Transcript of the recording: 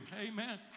Amen